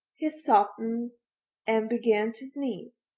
he softened and began to sneeze.